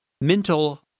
Mental